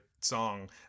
song